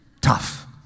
tough